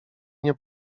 nie